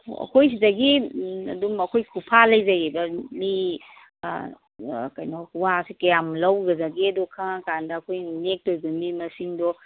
ꯑꯩꯈꯣꯏ ꯁꯤꯗꯒꯤ ꯑꯗꯨꯝ ꯑꯩꯈꯣꯏ ꯈꯨꯐꯥ ꯂꯩꯖꯩꯌꯦꯕ ꯃꯤ ꯀꯩꯅꯣ ꯋꯥꯁꯦ ꯀꯌꯥꯝ ꯂꯧꯒꯗꯒꯦꯗꯣ ꯈꯪꯉꯀꯥꯟꯗ ꯑꯩꯈꯣꯏꯅ ꯅꯦꯛꯇꯧꯔꯤꯕ ꯃꯤ ꯃꯁꯤꯡꯗꯣ